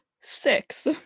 six